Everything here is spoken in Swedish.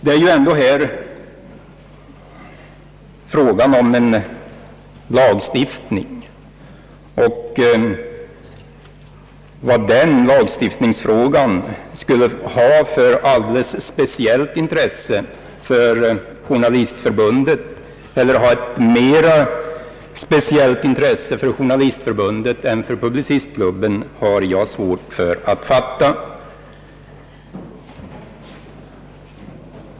Det är fråga om en lagstiftning, och hur denna lagstiftningsfråga skulle kunna ha ett mera speciellt intresse för Journalistförbundet än för Publicistklubben har jag svårt att fatta.